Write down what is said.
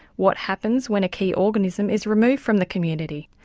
what happens when a key organism is removed from the community?